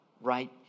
right